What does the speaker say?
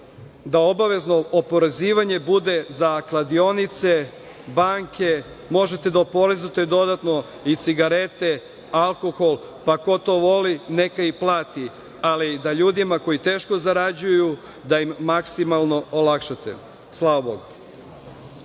i obavezno oporezivanje bude za kladionice, banke, možete da oporezujete dodatno i cigarete, alkohol, pa ko to voli, neka i plati, ali da ljudima koji teško zarađuju, da im maksimalno olakšate. Slava Bogu.